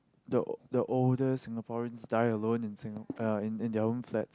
the the older Singaporeans die alone in Singa~ uh in in their own flats